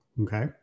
Okay